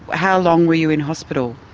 how long were you in hospital?